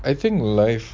I think life